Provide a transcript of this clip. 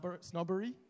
snobbery